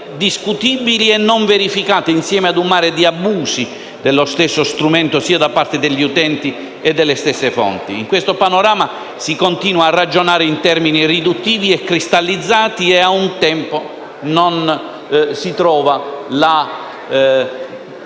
In questo panorama si continua a ragionare in termini riduttivi e cristallizzati e, al tempo stesso, non si recupera